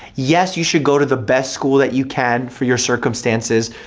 yes you should go to the best school that you can for your circumstances.